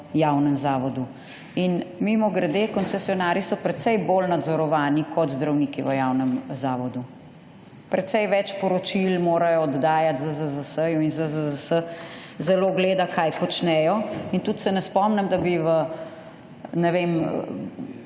javnem zavodu. In mimogrede, koncesionarji so precej bolj nadzorovani kot zdravniki v javnem zavodu. Precej več poročil morajo oddajati ZZZS-ju in ZZZS zelo gleda, kaj počnejo. In tudi se ne spomnim, da bi v, ne vem,